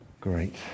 Great